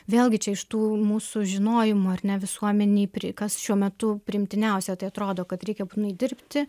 vėlgi čia iš tų mūsų žinojimų ar ne visuomenėj kas šiuo metu priimtiniausia tai atrodo kad reikia būtinai dirbti